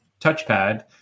touchpad